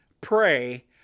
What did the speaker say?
pray